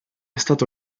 stato